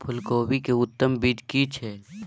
फूलकोबी के उत्तम बीज की छै?